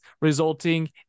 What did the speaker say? resulting